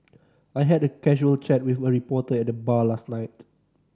I had a casual chat with a reporter at the bar last night